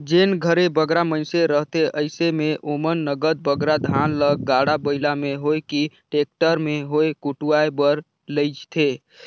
जेन घरे बगरा मइनसे रहथें अइसे में ओमन नगद बगरा धान ल गाड़ा बइला में होए कि टेक्टर में होए कुटवाए बर लेइजथें